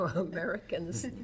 Americans